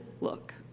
look